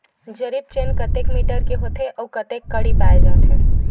जरीब चेन कतेक मीटर के होथे व कतेक कडी पाए जाथे?